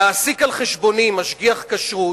להעסיק על-חשבוני משגיח כשרות,